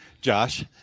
Josh